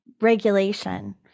regulation